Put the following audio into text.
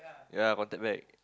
ya contact back